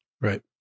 right